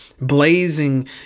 blazing